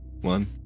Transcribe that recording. one